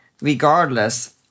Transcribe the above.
regardless